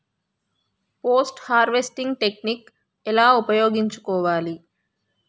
Post harvesting technique ఎలా ఉపయోగించుకోవాలి?